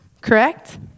Correct